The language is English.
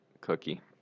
cookie